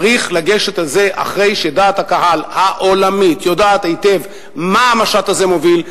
צריך לגשת לזה אחרי שדעת הקהל העולמית יודעת היטב מה המשט הזה מוביל,